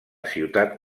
ciutat